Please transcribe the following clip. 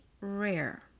rare